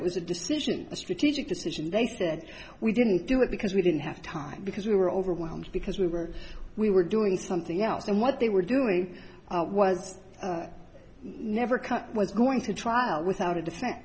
it was a decision a strategic decision they said we didn't do it because we didn't have time because we were overwhelmed because we were we were doing something else and what they were doing was never cut was going to trial without a d